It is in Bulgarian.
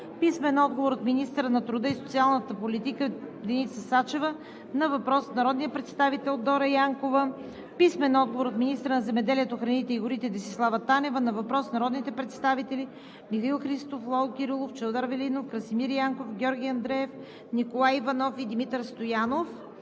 Дора Янкова; - министъра на труда и социалната политика Деница Сачева на въпрос от народния представител Дора Янкова; - министъра на земеделието, храните и горите Десислава Танева на въпрос от народните представители Михаил Христов, Лало Кирилов, Чавдар Велинов, Красимир Янков, Георги Андреев, Николай Иванов и Димитър Стоянов;